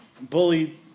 bullied